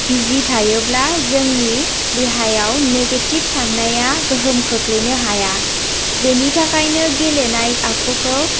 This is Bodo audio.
बिजि थायोब्ला जोंनि देहायाव नेगेटिभ साननाया गोहोम खोख्लैनो हाया बेनि थाखायनो गेलेनाय आखुखौ